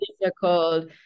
difficult